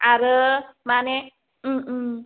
आरो माने